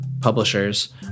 publishers